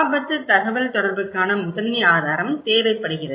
ஆபத்து தகவல்தொடர்புக்கான முதன்மை ஆதாரம் தேவைப்படுகிறது